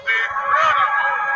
incredible